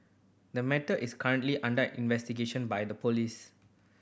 the matter is currently under investigation by the police